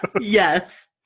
Yes